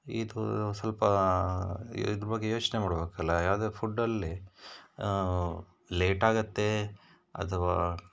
ಇದು ಸ್ವಲ್ಪ ಇದು ಬಗ್ಗೆ ಯೋಚನೆ ಮಾಡಬೇಕಲ್ಲ ಯಾವುದೇ ಫುಡ್ಡಲ್ಲಿ ಲೇಟಾಗತ್ತೆ ಅಥವಾ